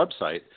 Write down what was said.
website